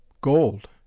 Gold